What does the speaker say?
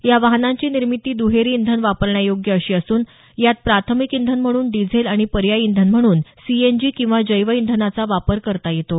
या वाहनांची निर्मिती दुहेरी इंधन वापरण्यायोग्य अशी असून यात प्राथमिक इंधन म्हणून डिझेल आणि पर्यायी इंधन म्हणून सीएनजी किंवा जैव इंधनाचा वापर करता येतो